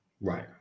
Right